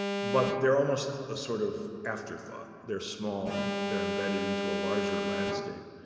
but they're almost a sort of afterthought. they're small. they're embedded into a larger landscape.